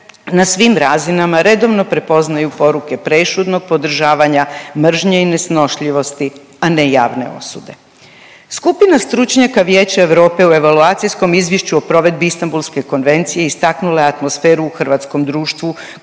na svim razinama redovno prepoznaju poruke prešutnog podržavanja mržnje i nesnošljivosti, a ne javne osude. Skupina stručnjaka Vijeća Europe u evaluacijskom Izvješću o provedbi Istambulske konvencije istaknula je atmosferu u hrvatskom društvu